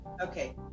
okay